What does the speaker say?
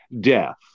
death